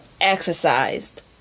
exercised